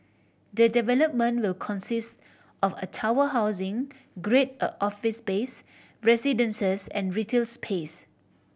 the development will consist of a tower housing Grade A a office space residences and retail space